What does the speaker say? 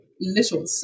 little